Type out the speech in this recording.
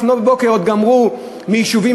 לפנות בוקר עוד גמרו בחורים לפנות מיישובים,